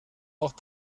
auch